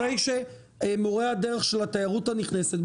אחרי שמורי הדרך של התיירות הנכנסת,